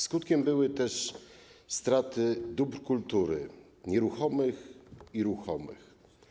Skutkiem były też straty dóbr kultury - nieruchomych i ruchomych.